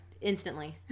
Instantly